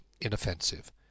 inoffensive